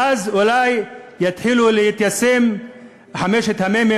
ואז אולי יתחילו להתיישם חמשת המ"מים